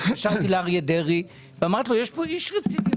התקשרתי לאריה דרעי ואמרתי לו: יש פה איש רציני,